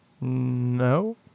No